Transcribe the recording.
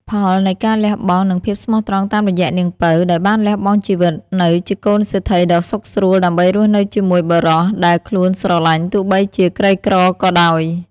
ផលនៃការលះបង់និងភាពស្មោះត្រង់តាមរយៈនាងពៅដោយបានលះបង់ជីវិតនៅជាកូនសេដ្ឋីដ៏សុខស្រួលដើម្បីរស់នៅជាមួយបុរសដែលខ្លួនស្រលាញ់ ទោះបីជាក្រីក្រក៏ដោយ។